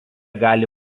gali